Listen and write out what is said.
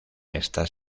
estas